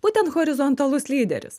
būtent horizontalus lyderis